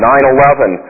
9-11